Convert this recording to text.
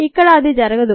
ఇక్కడ అది జరగదు